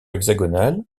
hexagonale